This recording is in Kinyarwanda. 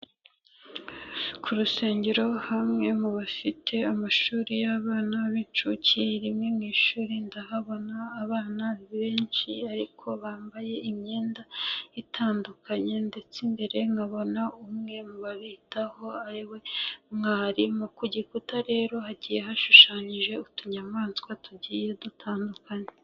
Ku rusengero hamwe mu bafite amashuri y'abana b'inshuke, rimwe mu ishuri ndahabona abana benshi ariko bambaye imyenda itandukanye ndetse imbere nkabona umwe mu babitaho ari we mwarimu, ku gikuta rero hagiye hashushanyije utunyamaswa tugiye dutandukanye.